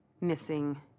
missing